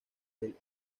del